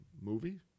movie